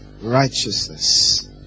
righteousness